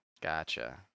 Gotcha